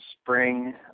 spring